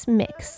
mix